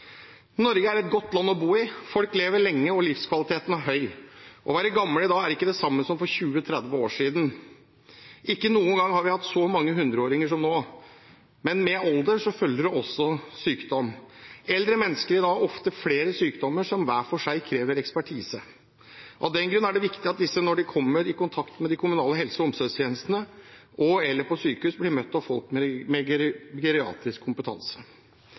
Norge er et godt land å bo i. Folk lever lenge, og livskvaliteten er høy. Å være gammel i dag er ikke det samme som for 20–30 år siden. Ikke noen gang har vi hatt så mange 100-åringer som nå, men med alder følger det også sykdom. Eldre mennesker i dag har ofte flere sykdommer, som hver for seg krever ekspertise. Av den grunn er det viktig at eldre, når de kommer i kontakt med de kommunale helse- og omsorgstjenestene og/eller på sykehus, blir møtt av folk med